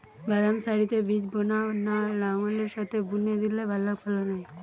বাদাম সারিতে বীজ বোনা না লাঙ্গলের সাথে বুনে দিলে ভালো ফলন হয়?